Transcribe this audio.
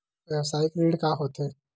व्यवसायिक ऋण का होथे?